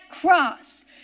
cross